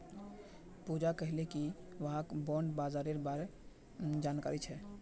पूजा कहले कि वहाक बॉण्ड बाजारेर बार जानकारी छेक